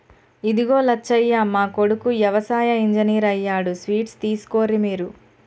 ఇదిగో లచ్చయ్య మా కొడుకు యవసాయ ఇంజనీర్ అయ్యాడు స్వీట్స్ తీసుకోర్రి మీరు